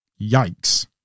Yikes